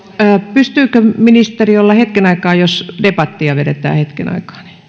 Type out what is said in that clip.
pystyykö ministeri olemaan hetken aikaa jos debattia vedetään hetken aikaa